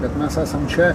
bet mes esam čia